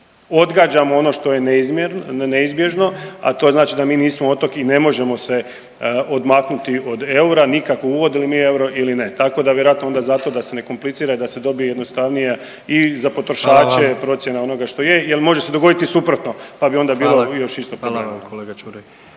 i odgađamo ono što je neizbježno, a to je znači da mi nismo otok i ne možemo se odmaknuti od eura nikako uvodili mi euro ili ne, tako da vjerojatno onda zato da se ne komplicira i da se dobije i jednostavnija i za potrošače…/Upadica: Hvala vam/… procjena onoga što je jel može se dogoditi suprotno, pa bi onda bilo još …/Govornik